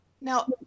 Now